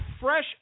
fresh